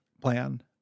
plan